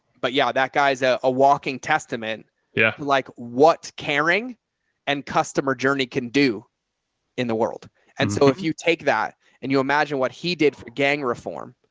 but yeah, that, guy's a ah walking testament who yeah like what caring and customer journey can do in the world. and so if you take that and you imagine what he did for gang reform,